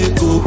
go